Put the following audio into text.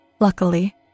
Luckily